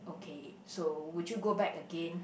okay so would you go back again